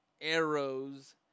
arrows